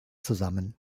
zusammen